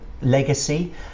legacy